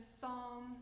psalm